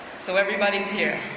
so everybody's here.